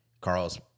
Carl's